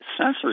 sensors